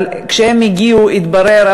אבל כשהם הגיעו התברר,